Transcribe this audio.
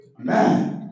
Amen